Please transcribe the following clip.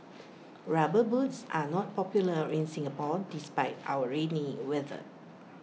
rubber boots are not popular in Singapore despite our rainy weather